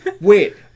Wait